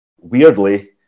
weirdly